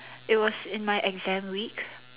it was in my exam week